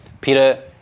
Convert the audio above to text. Peter